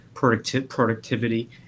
productivity